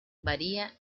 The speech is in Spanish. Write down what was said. varía